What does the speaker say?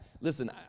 Listen